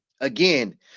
Again